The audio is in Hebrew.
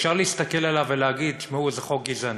שאפשר להסתכל עליו ולהגיד: תשמעו, זה חוק גזעני.